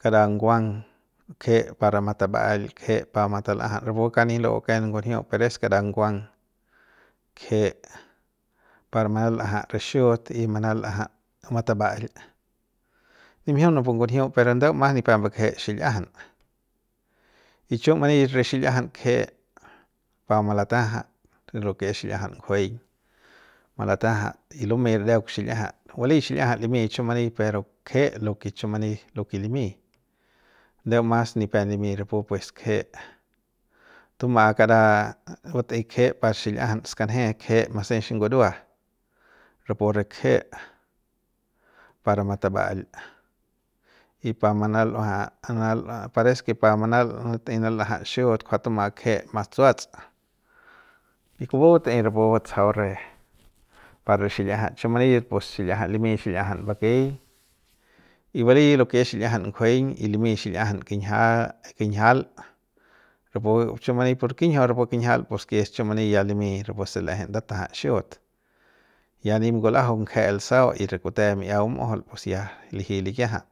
kara nguang kje para mataba'ail kje pa matal'ajat ra pu kauk nin la'u ken ngunjiu per es kara nguang kje par manal'ajat re xiut y manal'ajat mataba'al nimjiun napu ngunjiu pero ndeu mas nipep mbak'je xil'iajan y chiu mani re xil'iajan kje pa malatajat lo ke es xil'iajan ngujeiñ malatajat y lumey ra ndeuk re xil'iajat baly xil'iajat limy chiu mani pero kje lo ke chiu many lo ke limy ndeu mas nipem limy rapu pues kje tuma kara a batꞌei kje par xil'iajan skanje kje masix ngurua rapu re kje para mataba'al y pa manal'uaja manal'a pares ke manal'a pa manatei nal'ajat xiut kjua tu'uey tuma kjua tuma kje matsuats y kupu batey rapu batsajau pa re xil'iajat chiu mani pus xil'iajat limy xil'iajan bakey y baly lo ke es xil'iajan ngujeiñ y limy xil'iajan kinjia kinjial rapu chiu mani ¿por kinjiu? Rapu kinjial pus ke es chiu mani ya limy rapu se l'eje ndatajat xi'ut ya nip ngulajau ngejel sau y re kute mi'ia bum'ujul pues ya liji likiajat.